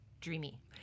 dreamy